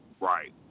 right